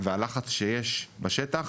והלחץ שיש בשטח